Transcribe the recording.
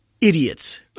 idiots